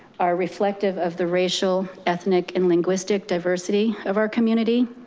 are reflective of the racial, ethnic, and linguistic diversity of our community.